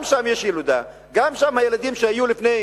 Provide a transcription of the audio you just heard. גם שם יש ילודה, גם שם ילדים שנולדו לפני